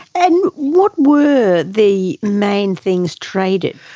and what were the main things traded?